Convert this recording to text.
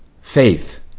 faith